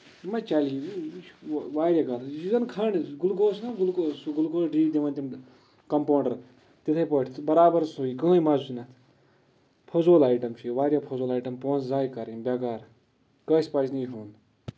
یہِ مہ چلہِ یہِ چھُ واریاہ غلط یہِ چھُ زَن کھںٛڈ گلکوز چھُ نہ گلکوز سُہ گلکوز ڈی دِوان تِم کِمپوڈر تِتھٕے پٲٹھۍ برابر سُیٕے کٕہینۍ مَزٕ چھُ نہٕ اتھ فٔضوٗل ایٚٹم چھُ یہِ واریاہ فٔضوٗل ایٚٹم پۄنٛسہٕ زایہِ کَرٕنۍ بیٚگار کٲنٛسہِ پَزِ نہٕ یہِ ہیوٚن